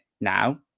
now